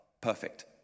perfect